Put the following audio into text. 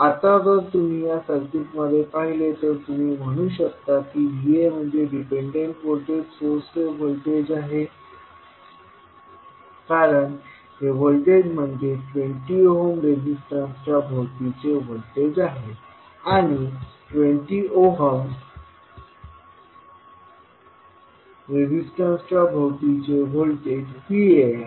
आता जर तुम्ही या सर्किटमध्ये पाहिले तर तुम्ही म्हणू शकता की Va म्हणजे डिपेंडंट व्होल्टेज सोर्सचे व्होल्टेज आहे कारण हे व्होल्टेज म्हणजे 20 ओहम रेजिस्टन्सच्या भोवतीचे व्होल्टेज आहे आणि 20 ओहम रेजिस्टन्सच्या भोवतीचे व्होल्टेज Vaआहे